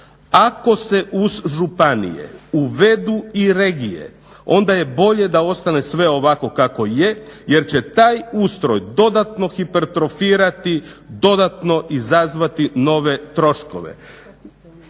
ako se uz županije uvedu i regije onda je bolje da ostane sve ovako kako je jer će taj ustroj dodatno hipertrofirati, dodatno izazvati nove troškove.